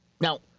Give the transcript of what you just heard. Now